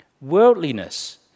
worldliness